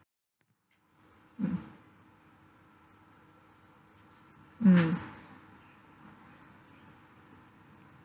mm mm